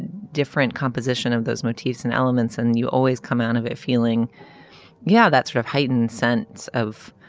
different composition of those motifs and elements and you always come out of it feeling yeah that sort of heightened sense of